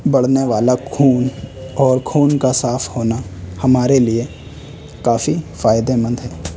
بڑھنے والا خون اور خون کا صاف ہونا ہمارے لیے کافی فائدے مند ہے